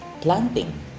planting